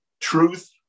truth